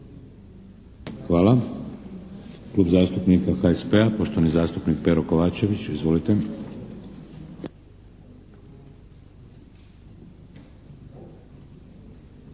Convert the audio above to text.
Hvala. Klub zastupnika HSP-a poštovani zastupnik Pero Kovačević. Izvolite!